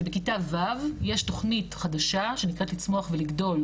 בכיתה ו' יש תכנית חדשה שנקראת "לצמוח ולגדול",